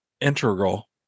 Integral